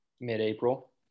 mid-April